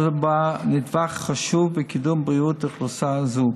בה נדבך חשוב בקידום בריאות אוכלוסייה זו.